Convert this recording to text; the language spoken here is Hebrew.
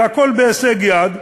והכול בהישג יד,